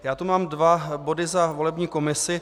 Já tu mám dva body za volební komisi.